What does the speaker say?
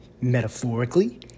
metaphorically